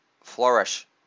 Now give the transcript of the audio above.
flourish